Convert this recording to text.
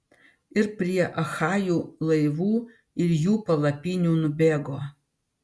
ir prie achajų laivų ir jų palapinių nubėgo